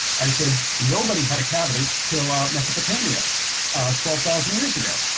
i said nobody had a cavity to allow mesopotamia twelve thousand years ago.